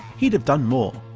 he'd have done more.